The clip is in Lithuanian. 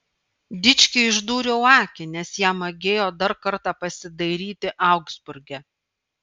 dičkiui išdūriau akį nes jam magėjo dar kartą pasidairyti augsburge